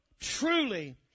truly